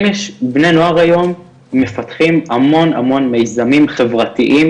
אם יש בני נוער היום מפתחים המון מיזמים חברתיים